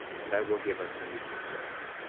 and i will give unto you success.